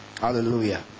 Hallelujah